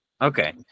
Okay